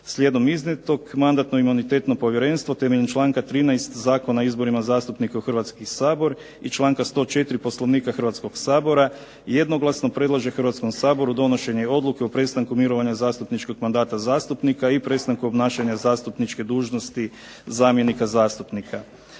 Slijedom iznijetog, Mandatno-imunitetno povjerenstvo temeljem članka 13. Zakona o izborima zastupnika u Hrvatski sabor i članka 104. Poslovnika Hrvatskog sabora jednoglasno predlaže Hrvatskom saboru donošenje odluke o prestanku mirovanja zastupničkog mandata zastupnika i prestanku obnašanja zastupničke dužnosti zamjenika zastupnika.